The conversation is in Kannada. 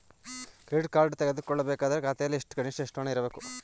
ಕ್ರೆಡಿಟ್ ಕಾರ್ಡ್ ತೆಗೆದುಕೊಳ್ಳಬೇಕಾದರೆ ಖಾತೆಯಲ್ಲಿ ಕನಿಷ್ಠ ಎಷ್ಟು ಹಣ ಇರಬೇಕು?